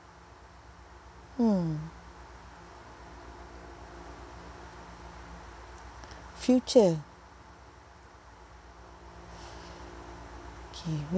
hmm future okay